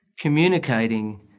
communicating